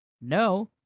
no